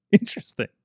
Interesting